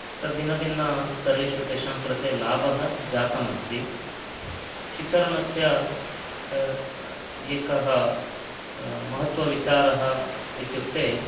तद् भिन्नभिन्नस्तरेषु तेषां कृते लाभः जातम् अस्ति शिक्षा ऋणस्य एकः महत्त्वविचारः इत्युक्ते